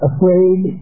Afraid